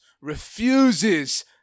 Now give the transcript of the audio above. refuses